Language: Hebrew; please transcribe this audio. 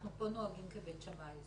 אנחנו פה נוהגים כבית שמאי.